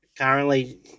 currently